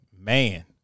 man